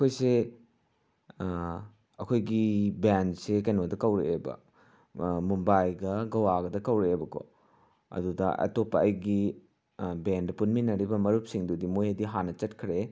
ꯑꯩꯈꯣꯏꯁꯦ ꯑꯩꯈꯣꯏꯒꯤ ꯕꯦꯟꯁꯦ ꯀꯩꯅꯣꯗ ꯀꯧꯔꯛꯑꯦꯕ ꯃꯨꯝꯕꯥꯏꯒ ꯒꯋꯥꯒꯗ ꯀꯧꯔꯛꯑꯦꯕꯀꯣ ꯑꯗꯨꯗ ꯑꯇꯣꯞꯄ ꯑꯩꯒꯤ ꯕꯦꯟꯗ ꯄꯨꯟꯃꯤꯟꯅꯔꯤꯕ ꯃꯔꯨꯞꯁꯤꯡꯗꯨꯗꯤ ꯃꯣꯏꯗꯤ ꯍꯥꯟꯅ ꯆꯠꯈ꯭ꯔꯦ